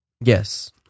Yes